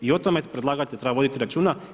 I o tome predlagatelj treba voditi računa.